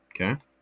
Okay